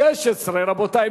הסתייגות 16, רבותי.